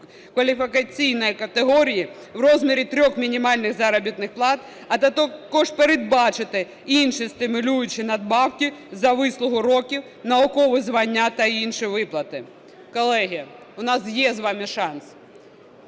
кваліфікаційної категорії в розмірі трьох мінімальних заробітних плат, а також передбачити інші стимулюючі надбавки за вислугу років, наукове звання та інші виплати. Колеги, у нас є з вами шанс.